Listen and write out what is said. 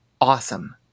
awesome